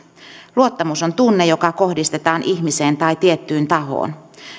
luottamus on tunne joka kohdistetaan ihmiseen tai tiettyyn tahoon